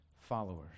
followers